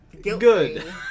good